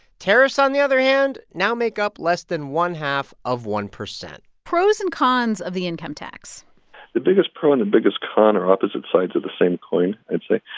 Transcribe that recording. tariffs, on the other hand, now make up less than one half of one percent pros and cons of the income tax the biggest pro and the biggest con are opposite sides of the same coin, i'd say,